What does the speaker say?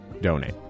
donate